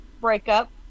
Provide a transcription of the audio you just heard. breakup